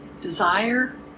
desire